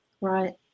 Right